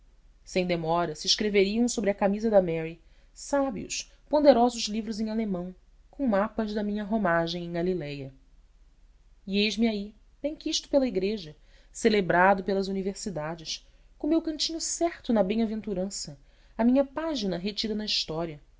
sem demora se escreveriam sobre a camisa da mary sábios ponderosos livros em alemão com mapas da minha romagem em galiléia eis-me aí benquisto pela igreja celebrado pelas universidades com o meu cantinho certo na bem-aventurança a minha página retida na história